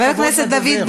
קצת כבוד לדובר.